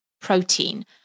protein